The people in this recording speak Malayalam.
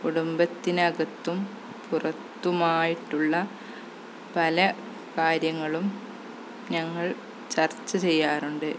കുടുംബത്തിന് അകത്തും പുറത്തുമായിട്ടുള്ള പല കാര്യങ്ങളും ഞങ്ങൾ ചർച്ച ചെയ്യാറുണ്ട്